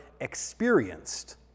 experienced